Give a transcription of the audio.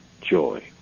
joy